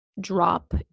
drop